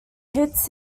hits